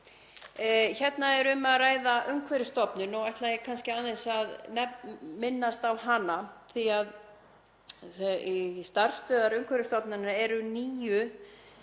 Hérna er um að ræða Umhverfisstofnun og ætla ég kannski aðeins að minnast á hana því að starfsstöðvar Umhverfisstofnunar eru níu